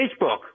Facebook